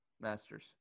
Masters